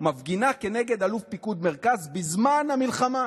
מפגינה כנגד אלוף פיקוד מרכז בזמן מהמלחמה.